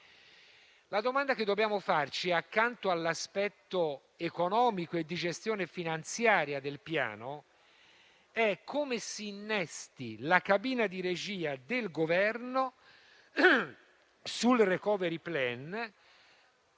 La domanda che dobbiamo porci, accanto all'aspetto economico e di gestione finanziaria del Piano, è come si innesti la cabina di regia del Governo sul *recovery plan*